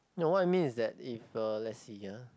no what I mean is that if uh let's see ah